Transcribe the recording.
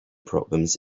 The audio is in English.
problems